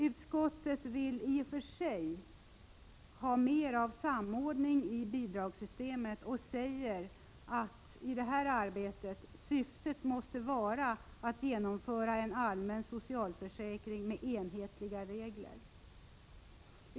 Utskottet vill i och för sig ha mer av samordning i bidragssystemet och säger att syftet med detta arbete måste vara att genomföra en allmän socialförsäkring med enhetliga regler.